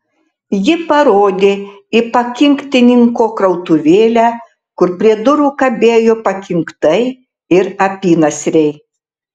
ji parodė į pakinktininko krautuvėlę kur prie durų kabėjo pakinktai ir apynasriai